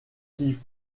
qui